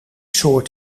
soort